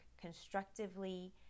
constructively